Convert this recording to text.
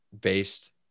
based